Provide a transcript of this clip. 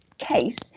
case